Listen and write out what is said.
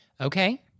Okay